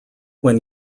when